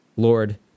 Lord